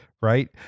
right